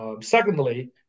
secondly